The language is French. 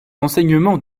enseignements